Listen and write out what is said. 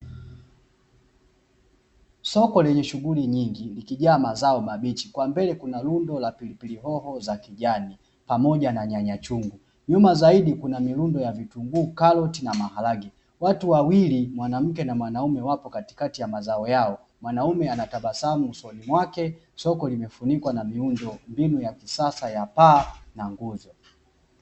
Soko lenye bidhaa nyingi likijaa mazao mabichi kwa mbele kuna rundo la pilipili hoho za kijani pamoja na nyanya chungu nyuma zaidi kuna rundo la vitunguu na maharage, watu wawili mwanaume na mwanamke wapo katikati ya mazao hayo, mwanaume ana tabasamu usoni mwake, soko limefunikwa kwa miundombinu ya kisasa ya paa na nguzo.